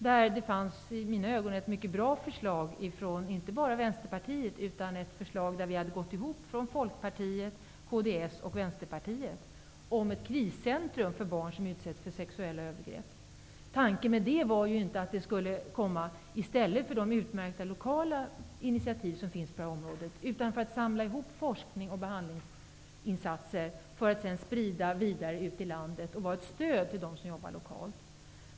I mina ögon fanns det ett mycket bra förslag där Vänsterpartiet, Folkpartiet och kds hade gått samman om ett kriscentrum för barn som utsätts för sexuella övergrepp. Tanken bakom det var inte att ett sådant centrum skulle inrättas i stället för de utmärkta lokala initiativ som finns på det här området. Tanken är att man skall samla ihop forskning och behandlingsinsatser för att sedan sprida det vidare ut i landet och utgöra ett stöd för dem som jobbar lokalt.